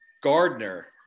Gardner